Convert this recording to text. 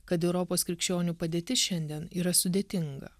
kad europos krikščionių padėtis šiandien yra sudėtinga